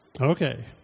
Okay